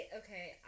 okay